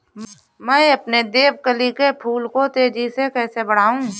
मैं अपने देवकली के फूल को तेजी से कैसे बढाऊं?